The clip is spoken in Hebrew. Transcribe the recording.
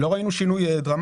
לא ראינו שינוי דרמטי.